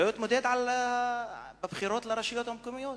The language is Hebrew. לא יתמודד בבחירות לרשויות המקומיות.